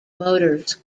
motors